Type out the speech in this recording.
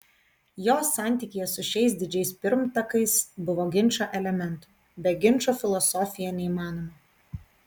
jo santykyje su šiais didžiais pirmtakais buvo ginčo elementų be ginčo filosofija neįmanoma